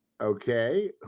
Okay